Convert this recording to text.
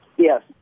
Yes